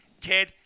kid